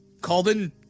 Calden